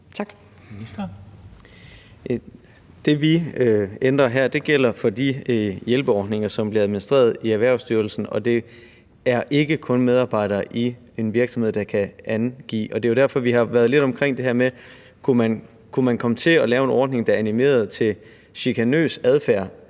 Det, vi ændrer her, gælder for de hjælpeordninger, som bliver administreret i Erhvervsstyrelsen, og det er ikke kun medarbejdere i en virksomhed, der kan angive. Det er jo derfor, at vi har været lidt omkring det her med, om man kunne komme til at lave en ordning, der animerede til chikanøs adfærd.